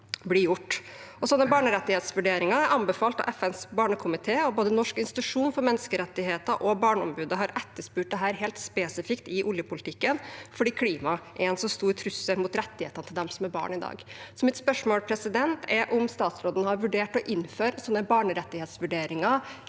Slike barnerettighetsvurderinger er anbefalt av FNs barnekomité, og både Norsk institusjon for menneskerettigheter og Barneombudet har etterspurt dette helt spesifikt i oljepolitikken fordi klimaet er en så stor trussel mot rettighetene til dem som er barn i dag. Mitt spørsmål er: Har statsråden vurdert å innføre slike barnerettighetsvurderinger